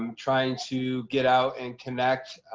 um trying to get out and connect